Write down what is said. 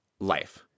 life